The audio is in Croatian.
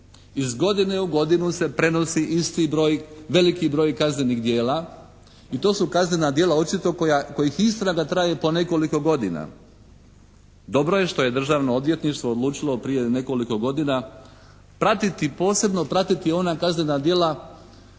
Iz godine u godinu se prenosi isti broj, veliki broj kaznenih djela i to su kaznena djela očito kojih istraga traje po nekoliko godina. Dobro je što je Državno odvjetništvo odlučilo prije nekoliko godina pratiti, posebno pratiti ona kaznena djela